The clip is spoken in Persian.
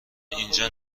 اینجا